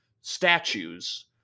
statues